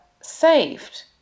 saved